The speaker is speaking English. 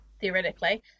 theoretically